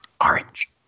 Orange